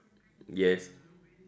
yes